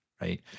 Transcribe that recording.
right